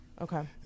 Okay